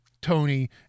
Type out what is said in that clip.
Tony